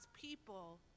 people